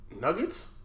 Nuggets